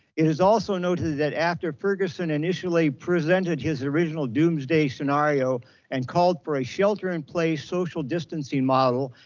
it is also noted that after ferguson initially presented his original doomsday scenario and called for a shelter in place social distancing model,